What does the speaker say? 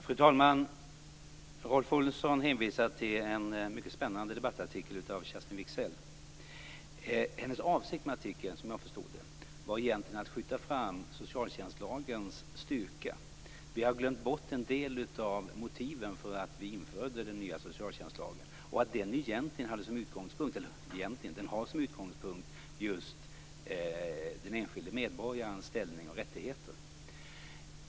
Fru talman! Rolf Olsson hänvisar till en mycket spännande debattartikel av Kerstin Wigzell. Hennes avsikt med artikeln var egentligen, som jag förstod det, att skjuta fram socialtjänstlagens styrka. Vi har glömt bort en del av motiven för att vi införde socialtjänstlagen och att den har som utgångspunkt just den enskilde medborgarens ställning och rättigheter.